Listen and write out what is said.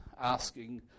asking